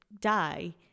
die